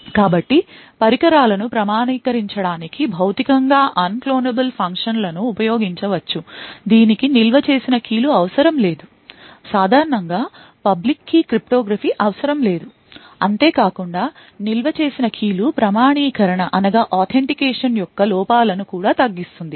కాబట్టి పరికరాలను ప్రామాణీకరించడానికి భౌతికంగా అన్క్లోనబుల్ ఫంక్షన్లను ఉపయోగించవచ్చు దీనికి నిల్వ చేసిన key లు అవసరం లేదు సాధారణం గా పబ్లిక్ key cryptography అవసరం లేదు అంతేకాకుండా నిల్వ చేసిన key లు ప్రామాణీకరణ యొక్క లోపాలను కూడా తగ్గిస్తుంది